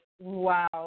wow